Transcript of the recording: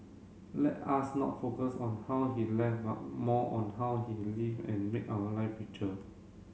let us not focus on how he left but more on how he lived and made our live richer